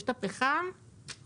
יש את הפחם שמורידים,